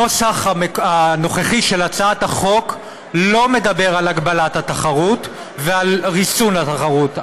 הנוסח הנוכחי של הצעת החוק לא מדבר על הגבלת התחרות ועל ריסון התחרות,